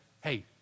hey